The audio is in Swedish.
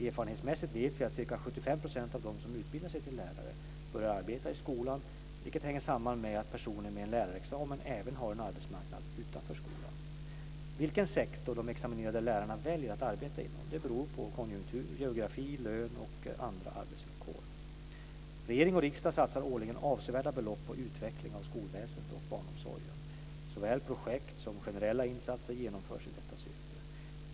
Erfarenhetsmässigt vet vi att ca 75 % av dem som utbildar sig till lärare börjar arbeta i skolan, vilket hänger samman med att personer med en lärarexamen även har en arbetsmarknad utanför skolan. Vilken sektor de examinerade lärarna väljer att arbeta inom beror på konjunktur, geografi, lön och andra arbetsvillkor. Regering och riksdag satsar årligen avsevärda belopp på utveckling av skolväsendet och barnomsorgen. Såväl projektinsatser som generella insatser genomförs i detta syfte.